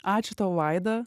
ačiū tau vaida